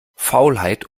faulheit